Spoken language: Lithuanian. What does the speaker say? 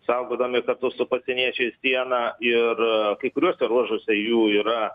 saugodami kartu su pasieniečiais sieną ir kai kuriuose ruožuose jų yra